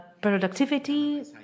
productivity